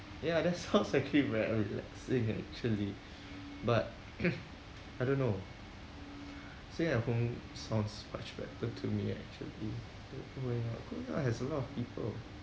ya that sounds actually very relaxing actually but I don't know staying at home sounds much better to me actually than going out going out has a lot of people